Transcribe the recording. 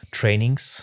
trainings